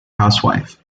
housewife